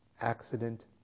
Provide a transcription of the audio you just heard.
accident